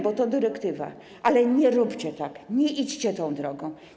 Bo to jest dyrektywa, ale nie róbcie tak, nie idźcie tą drogą.